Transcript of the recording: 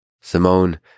Simone